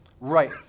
Right